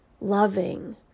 loving